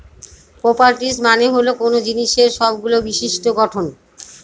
properties মানে হল কোনো জিনিসের সবগুলো বিশিষ্ট্য গঠন